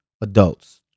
adults